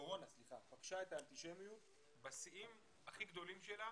הקורונה פגשה את האנטישמיות בשיאים הכי גדולים שלה